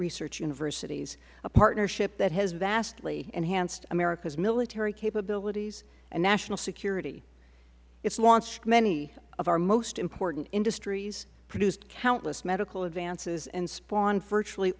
research universities a partnership that has vastly enhanced america's military capabilities and national security it has launched many of our most important industries produced countless medical advances and spawned virtually